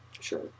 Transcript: Sure